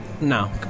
No